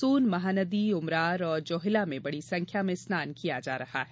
सोन महानदी उमरार और जोहिला मे बड़ी संख्या स्नान किया जा रहा है